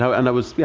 so and i was, yeah,